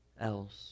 else